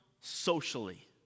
socially